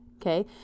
Okay